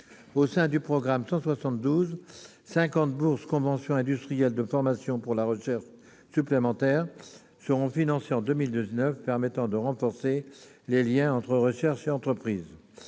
Au sein du programme 172, cinquante bourses « convention industrielle de formation par la recherche » supplémentaires seront financées en 2019, permettant de renforcer les liens entre recherche et entreprise.